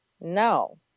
No